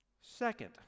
Second